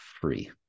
free